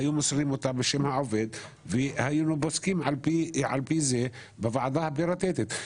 הם היו מוסרים אותם בשם העובד והיינו פוסקים על פי זה בוועדה הפריטטית.